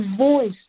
voice